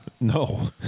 No